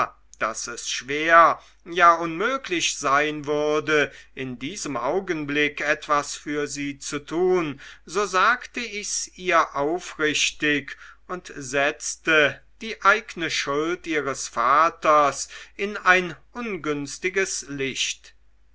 daß es schwer ja unmöglich sein würde in diesem augenblick etwas für sie zu tun so sagte ich's ihr aufrichtig und setzte die eigne schuld ihres vaters in ein ungünstiges licht